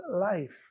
life